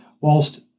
whilst